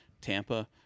Tampa